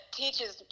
teaches